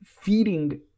feeding